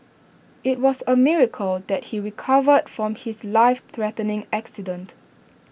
IT was A miracle that he recovered from his life threatening accident